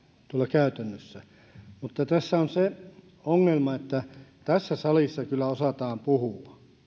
käytännössä tässä on se ongelma että tässä salissa kyllä osataan puhua